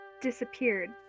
disappeared